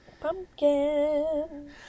Pumpkin